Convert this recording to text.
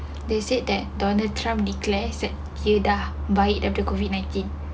they said that donald trump declares said dah balik daripada COVID nineteen